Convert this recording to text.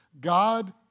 God